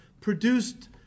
produced